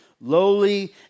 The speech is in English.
lowly